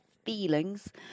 feelings